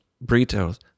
brito's